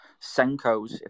Senkos